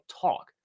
talk